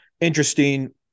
interesting